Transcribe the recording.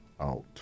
out